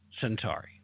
Centauri